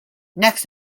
next